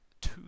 two